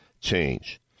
change